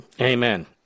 Amen